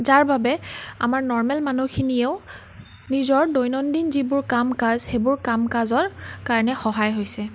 যাৰ বাবে আমাৰ নৰ্মেল মানুহখিনিয়েও নিজৰ দৈনন্দিন যিবোৰ কাম কাজ সেইবোৰ কাম কাজৰ কাৰণে সহায় হৈছে